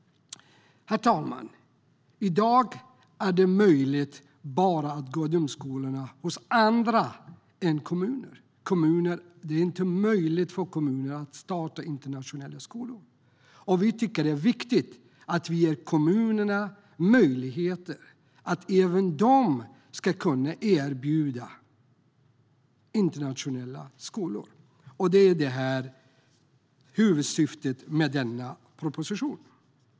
Herr talman! I dag är det bara möjligt att gå i de skolorna hos andra än kommuner. Det är inte möjligt för kommuner att starta internationella skolor. Vi tycker att det är viktigt att vi ger kommunerna möjligheter. Även de ska kunna erbjuda internationella skolor. Det är huvudsyftet med denna proposition.